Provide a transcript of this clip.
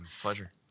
Pleasure